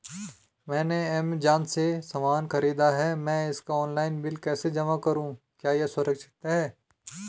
मैंने ऐमज़ान से सामान खरीदा है मैं इसका ऑनलाइन बिल कैसे जमा करूँ क्या यह सुरक्षित है?